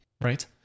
Right